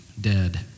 dead